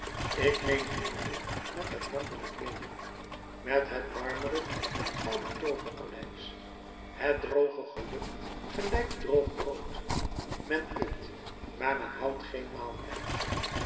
ik neem genoegen met het landelijk leven met het marmeren en gouden tooverpaleis het droge geluk gelijkt droog brood men eet maar men houdt geen maaltijd